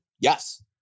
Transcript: Yes